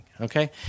Okay